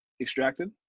extracted